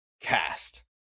CAST